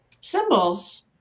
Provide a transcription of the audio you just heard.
symbols